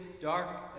dark